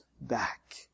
back